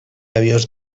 avions